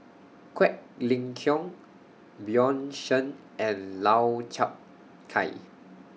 Quek Ling Kiong Bjorn Shen and Lau Chiap Khai